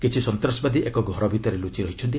କିଛି ସନ୍ତାସବାଦୀ ଏକ ଘର ଭିତରେ ଲୁଚି ରହିଛନ୍ତି